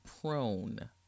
prone